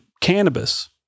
cannabis